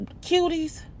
cuties